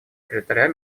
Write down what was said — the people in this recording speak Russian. секретаря